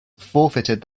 forfeited